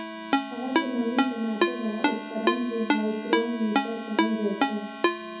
हवा के नमी के नापै बला उपकरण कें हाइग्रोमीटर कहल जाइ छै